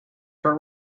for